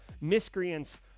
miscreants